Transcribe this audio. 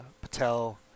Patel